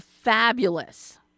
Fabulous